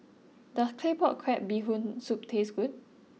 does Claypot Crab Bee Hoon Soup taste good